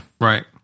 Right